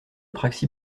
praxi